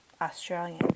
Australian